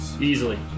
Easily